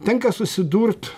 tenka susidurt